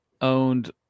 owned